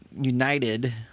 united